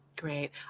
Great